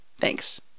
Thanks